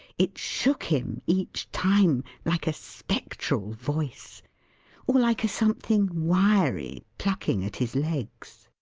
it shook him, each time, like a spectral voice or like a something wiry, plucking at his legs.